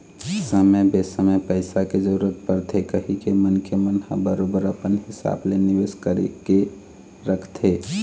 समे बेसमय पइसा के जरूरत परथे कहिके मनखे मन ह बरोबर अपन हिसाब ले निवेश करके रखथे